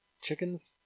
chickens